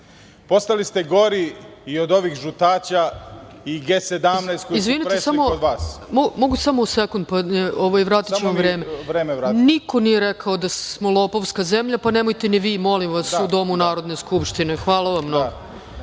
Postali ste gori i od ovih žutaća i G-17 koji su prešli kod vas. **Ana Brnabić** Izvinite, jel mogu samo sekund i vratiću vam vreme? Niko nije rekao da smo lopovska zemlja, pa nemojte ni vi, molim vas, u domu Narodne skupštine. Hvala vam.